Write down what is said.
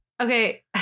Okay